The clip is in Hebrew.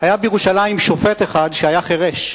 היה בירושלים שופט אחד שהיה חירש.